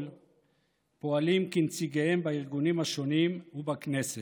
פועלים כנציגיהם בארגונים השונים ובכנסת.